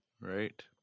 Right